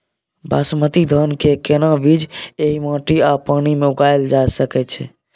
बासमती धान के केना बीज एहि माटी आ पानी मे उगायल जा सकै छै?